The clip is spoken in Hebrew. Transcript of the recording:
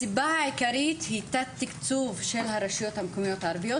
הסיבה העיקרית היא תת-תקצוב של הרשויות המקומיות הערביות,